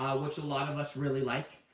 which a lot of us really like?